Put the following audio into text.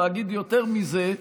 ואגיד יותר מזה,